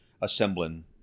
assembling